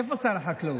איפה שר החקלאות?